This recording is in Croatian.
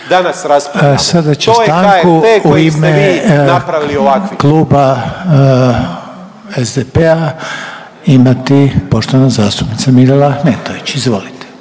Sada će stanku u ime Kluba SDP-a imati poštovana zastupnica Mirela Ahmetović, izvolite.